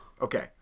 Okay